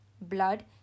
blood